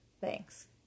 thanks